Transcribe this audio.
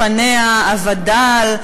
לפניה הווד"ל.